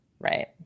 Right